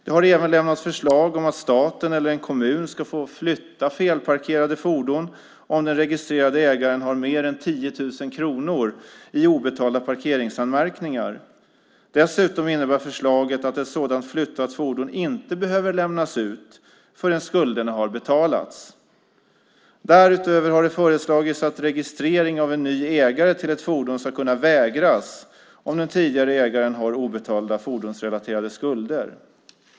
Det har även lämnats förslag om att staten eller en kommun ska få flytta felparkerade fordon om den registrerade ägaren har mer än 10 000 kronor i obetalda parkeringsanmärkningar. Dessutom innebär förslaget att ett sådant flyttat fordon inte behöver lämnas ut förrän skulderna har betalats. Därutöver har det föreslagits att registrering av en ny ägare till ett fordon ska kunna vägras om den tidigare ägaren har obetalda fordonsrelaterade skulder.